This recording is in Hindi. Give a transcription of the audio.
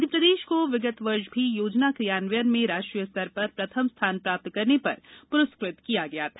मध्यप्रदेश को विगत वर्ष भी योजना क्रियान्वयन में राष्ट्रीय स्तर पर प्रथम स्थान प्राप्त करने पर पुरस्कृत किया गया था